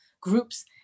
groups